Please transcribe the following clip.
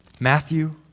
Matthew